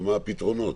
ומה הפתרונות?